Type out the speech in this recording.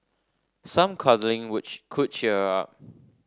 some cuddling would could cheer her up